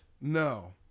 No